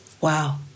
Wow